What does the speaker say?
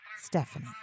Stephanie